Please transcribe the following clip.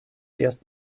erst